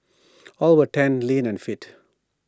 all were tanned lean and fit